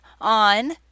on